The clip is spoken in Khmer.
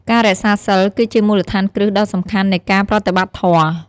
ការរក្សាសីល គឺជាមូលដ្ឋានគ្រឹះដ៏សំខាន់នៃការប្រតិបត្តិធម៌។